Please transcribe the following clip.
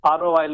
ROI